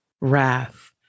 wrath